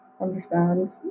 understand